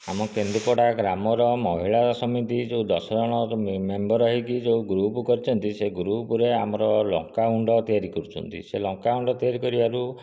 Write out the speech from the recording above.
ଆମ କେନ୍ଦୁପଡ଼ା ଗ୍ରାମର ମହିଳା ସମିତି ଯେଉଁ ଦଶ ଜଣ ମେମ୍ବର ହୋଇକି ଯେଉଁ ଗ୍ରୁପ କରିଛନ୍ତି ସେହି ଗ୍ରୁପରେ ଆମର ଲଙ୍କାଗୁଣ୍ଡ ତିଆରି କରୁଛନ୍ତି ସେ ଲଙ୍କା ଗୁଣ୍ଡ ତିଆରି କରିବାରୁ